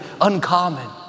uncommon